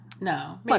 No